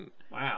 Wow